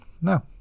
No